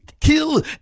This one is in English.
kill